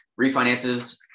refinances